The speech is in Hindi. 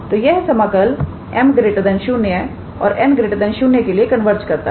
तोयह समाकल 𝑚 0 और 𝑛 0 के लिए कन्वर्ज करता है